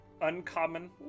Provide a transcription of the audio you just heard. Uncommon